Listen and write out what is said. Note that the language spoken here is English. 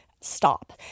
stop